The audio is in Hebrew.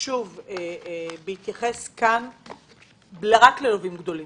בהתייחס ללווים גדולים בלבד.